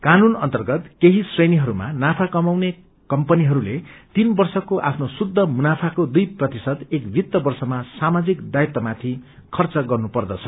कानून अन्तर्गत केही श्रेणीहरूमा नाफा कमाउने कम्पनीहरूले तीन वर्षको आफ्नो शुद्ध मुनाफाको दुइ प्रतिशत एक वित्त वर्षमा सामाजिक दायित्वमाथि खर्च गर्नुपर्दछ